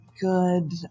good